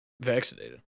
Vaccinated